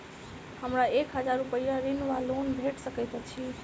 हमरा एक हजार रूपया ऋण वा लोन भेट सकैत अछि?